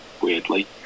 weirdly